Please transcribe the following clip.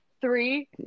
Three